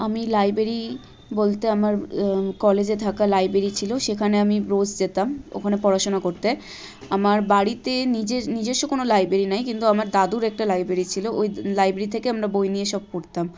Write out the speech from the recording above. আমি লাইব্রেরি বলতে আমার কলেজে থাকা লাইব্রেরি ছিলো সেখানে আমি রোজ যেতাম ওখানে পড়াশোনা করতে আমার বাড়িতে নিজে নিজেস্ব কোনো লাইব্রেরি নেই কিন্তু আমার দাদুর একটা লাইব্রেরি ছিলো ওই লাইব্রেরি থেকে আমরা বই নিয়ে সব পড়তাম